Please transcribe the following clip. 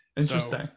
Interesting